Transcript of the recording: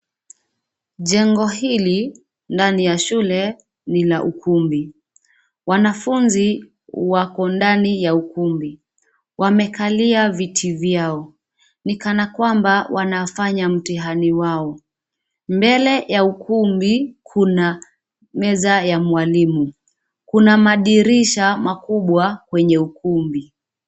Jengo hili ndani ya shule ni la ukumbi. Wanafunzi wako ndani ya ukumbi. Wamekalia viti vyao, ni kana kwamba wanafanya mtihani wao. Mbele ya ukumbi kuna meza ya mwalimu. Kuna madirisha makubwa kwenye ukumbi.